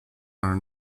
are